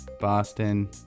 Boston